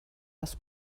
das